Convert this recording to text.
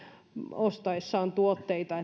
ostaessaan tuotteita